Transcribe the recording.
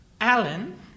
Alan